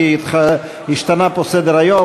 כי השתנה פה סדר-היום,